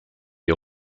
est